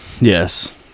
Yes